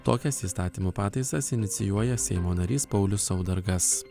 tokias įstatymų pataisas inicijuoja seimo narys paulius saudargas